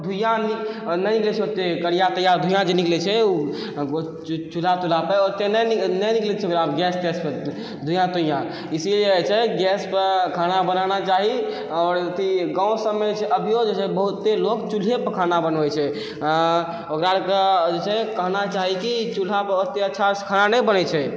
धुइयाँ नहि दै छै ओते करिया तरिया धुइयाँ जे निकलै छै उ चूल्हा तुलहापर ओते नहि निकलै छै गैस तैस पर धुइयाँ तुइयाँ इसीलिए जे छै गैसपर खाना बनाना चाही आओर अथी गाँव सबमे छै अभीयो जे छै बहुते लोक चूल्हेपर खाना बनबै छै ओकरा अरके जे छै कहना चाही कि चूल्हापर ओते अच्छासँ खाना नहि बनै छै